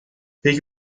peki